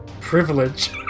privilege